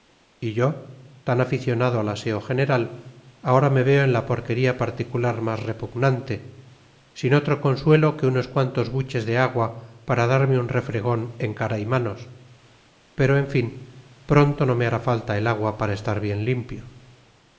y yo tan aficionado al aseo general ahora me veo en la porquería particular más repugnante sin otro consuelo que unos cuantos buches de agua para darme un refregón en cara y manos pero en fin pronto no me hará falta el agua para estar bien limpio